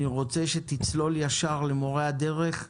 אני רוצה שתצלול ישר למורי הדרך,